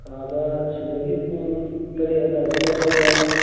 ꯑꯥꯗ ꯁꯤꯗꯒꯤ ꯄꯨꯡ ꯇꯔꯦꯠ ꯑꯗꯨꯋꯥꯏꯗꯩ ꯆꯠꯂꯒ